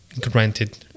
granted